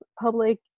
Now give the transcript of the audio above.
public